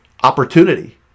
opportunity